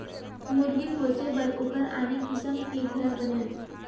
मुरगी पोसे बर ओखर आने किसम के घर बनेल